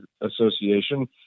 association